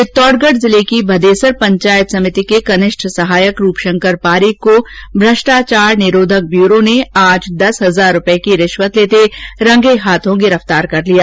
चित्तौड़गढ जिले की भदेसर पंचायत समिति के कनिष्ठ सहायक रूपशंकर पारीक को भ्रष्टाचार निरोधक ब्यूरो ने दस हजार रूपए की रिश्वत लेते रंगे हाथों गिरफ्तार कर लिया